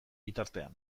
bitartean